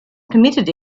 permitted